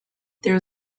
there